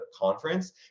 conference